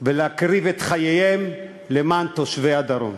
ולהקריב את חייהם למען תושבי הדרום.